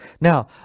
now